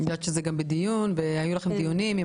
אני יודעת שזה בדיון והיו לכם גם דיונים עם